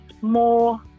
more